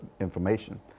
information